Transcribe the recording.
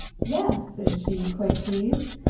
yes, said she, quite pleased,